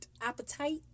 Appetite